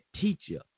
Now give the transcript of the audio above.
teacher